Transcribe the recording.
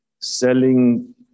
selling